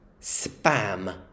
spam